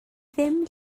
ddim